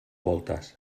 voltes